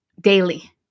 daily